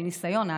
מניסיון,